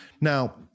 Now